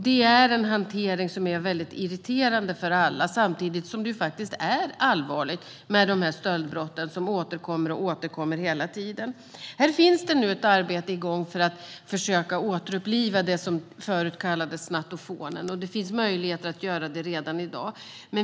Detta är en hantering som är irriterande för alla, samtidigt som det faktiskt är allvarligt med dessa stöldbrott som återkommer hela tiden. Här finns nu ett arbete igång för att försöka att återuppliva det som förut kallades för snattofonen. Det finns möjligheter att göra det redan i dag.